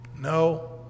No